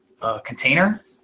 container